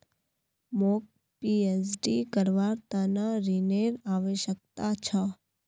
मौक पीएचडी करवार त न ऋनेर आवश्यकता छ